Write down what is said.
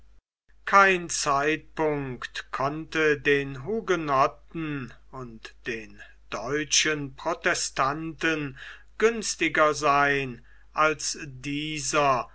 kein zeitpunkt konnte den hugenotten und den deutschen protestanten günstiger sein als dieser